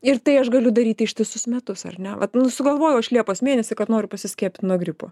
ir tai aš galiu daryti ištisus metus ar ne vat nu sugalvojau aš liepos mėnesį kad noriu pasiskiepyt nuo gripo